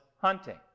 hunting